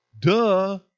Duh